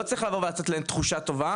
לא צריך לבוא ולתת להם תחושה טובה,